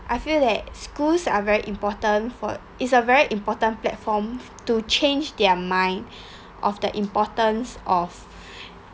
I feel that schools are very important for is a very important platform to change their mind of the importance of